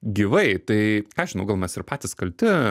gyvai tai ką aš žinau gal mes ir patys kalti